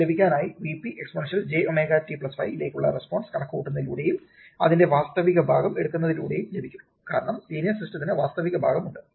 അത് ലഭിക്കാനായി Vp exponential j ω t 5 ലേക്കുള്ള റെസ്പോൺസ് കണക്കുകൂട്ടുന്നതിലൂടെയും അതിന്റെ വാസ്തവിക ഭാഗം എടുക്കുന്നതിലൂടെയും ലഭിക്കും കാരണം ലീനിയർ സിസ്റ്റത്തിന് വാസ്തവിക ഭാഗം ഉണ്ട്